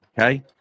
okay